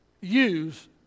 Use